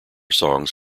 songs